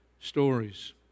stories